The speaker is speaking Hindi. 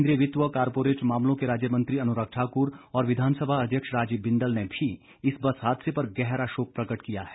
केन्द्रीय वित्त व कॉर्पोरेट मामलों के राज्य मंत्री अनुराग ठाक्र और विधानसभा अध्यक्ष राजीव बिंदल ने भी इस बस हादसे पर गहरा शोक प्रकट किया है